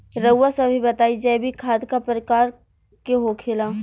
रउआ सभे बताई जैविक खाद क प्रकार के होखेला?